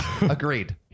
Agreed